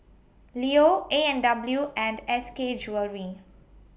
Leo A and W and S K Jewellery